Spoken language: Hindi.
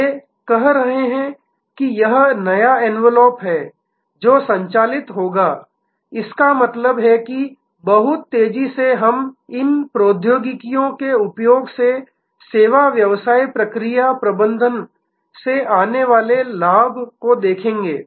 वे कह रहे हैं कि यह नया एनवेलोप है जो संचालित होगा इसका मतलब है कि बहुत तेजी से हम इन प्रौद्योगिकियों के उपयोग से सेवा व्यवसाय प्रक्रिया प्रबंधन से आने वाले लाभ को देखेंगे